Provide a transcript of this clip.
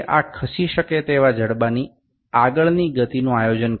এখন এটি চলমান বাহুর গতি আরও নিয়ন্ত্রিত করে